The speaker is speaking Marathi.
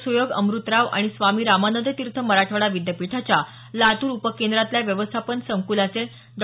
सुयोग अमृतराव आणि स्वामी रामानंद तीर्थ मराठवाडा विद्यापीठाच्या लातूर उपकेंद्रातल्या व्यवस्थापन संकलाचे डॉ